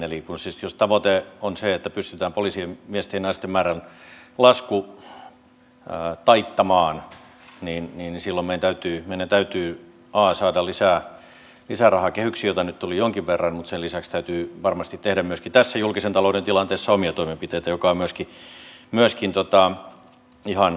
jos siis tavoite on se että pystytään poliisimiesten ja naisten määrän lasku taittamaan niin silloin meidän täytyy saada kehyksiin lisärahaa jota nyt tuli jonkin verran mutta sen lisäksi täytyy varmasti tehdä tässä julkisen talouden tilanteessa omia toimenpiteitä mikä on myöskin ihan kiistatonta